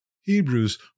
Hebrews